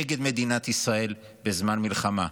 נגד מדינת ישראל בזמן מלחמה.